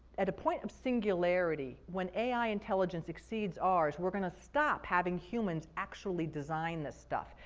at a point of singularity, when ai intelligence exceeds ours, we're going to stop having humans actually design this stuff.